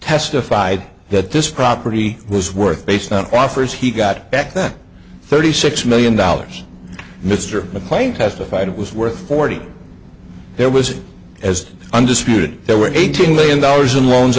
testified that this property was worth based on offers he got back that thirty six million dollars mr mclean testified it was worth forty there was as undisputed there were eighteen million dollars in loans